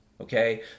okay